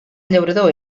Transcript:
llaurador